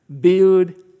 build